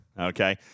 okay